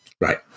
Right